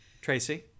Tracy